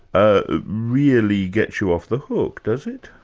ah really gets you off the hook, does it?